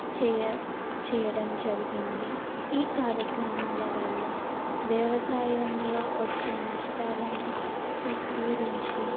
చెయ్య చేయడం జరిగింది ఈ కార్యక్రమాల వల్ల వ్యవసాయంలో వచ్చే నష్టాలను కూడించి